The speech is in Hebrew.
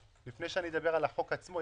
על החוק עצמו,